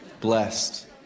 blessed